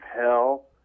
hell